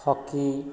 hockey